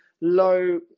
low